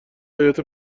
حیاط